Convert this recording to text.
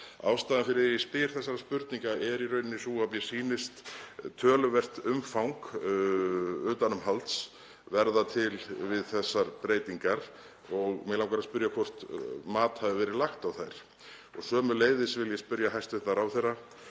spyr þessara spurninga er í rauninni sú að mér sýnist töluvert umfang utanumhalds verða til við þessar breytingar og mig langar að spyrja hvort mat hafi verið lagt á þær. Sömuleiðis vil ég spyrja hæstv. ráðherra: